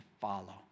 follow